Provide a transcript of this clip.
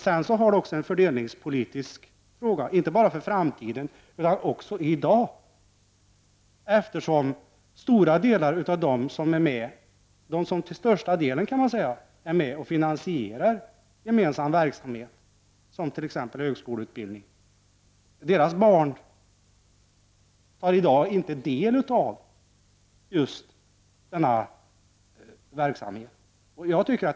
Dels är det också en fördelningspolitisk fråga — inte bara för framtiden, utan också i dag — eftersom stora delar av dem som till största delen är med och finansierar gemensam verksamhet, t.ex. högskoleutbildning, kan finna att deras barn i dag inte har del av just denna verksamhet.